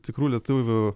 tikrų lietuvių